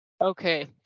okay